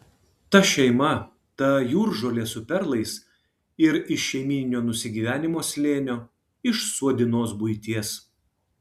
ta šeima ta jūržolė su perlais ir iš šeimyninio nusigyvenimo slėnio iš suodinos buities